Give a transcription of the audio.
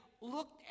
looked